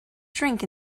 drink